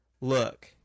look